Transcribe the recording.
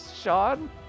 Sean